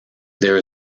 there